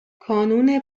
کانون